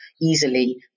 easily